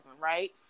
right